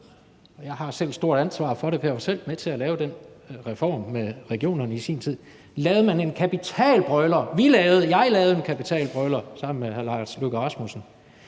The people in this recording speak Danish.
jeg har selv et stort ansvar for det, for jeg var selv med til at lave den reform med regionerne i sin tid – en kapital brøler, vi lavede, og som jeg lavede, sammen med hr. Lars Løkke Rasmussen,